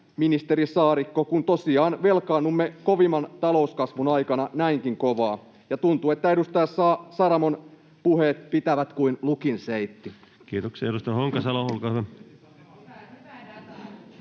ministeri Saarikko, kun tosiaan velkaannumme kovimman talouskasvun aikana näinkin kovaa? Ja tuntuu, että edustaja Saramon puheet pitävät kuin lukin seitti. Kiitoksia. — Edustaja Honkasalo, olkaa hyvä.